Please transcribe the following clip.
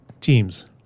teams